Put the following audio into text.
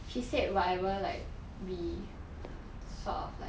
she said whatever like we sort of like